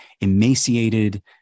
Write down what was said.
emaciated